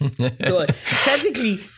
Technically